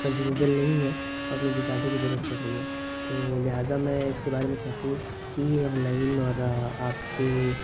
consumable نہیں ہے اور مجھے زیادہ کی ضرورت پڑ رہی ہے تو لہٰذا میں اس کے بارے میں تحقیق کی ہے آن لائن اور آپ کے